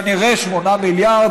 כנראה 8 מיליארד,